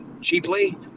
cheaply